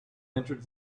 entered